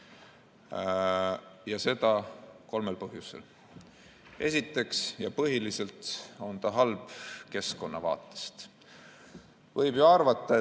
ja seda kolmel põhjusel. Esiteks ja põhiliselt on ta halb keskkonna vaates. Võib ju arvata, et